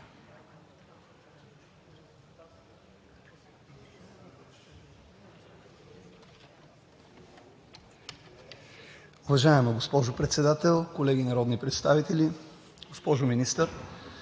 Уважаема госпожо Председател, колеги народни представители! Госпожо Министър,